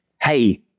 Hey